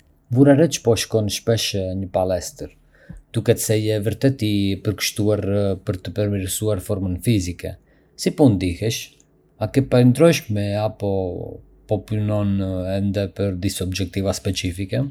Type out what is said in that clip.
Vura re që po shkon shpesh në palestër... duket se je vërtet i përkushtuar për të përmirësuar formën fizike. Si po ndihesh? A ke parë ndryshime apo po punon ende për disa objektiva specifike?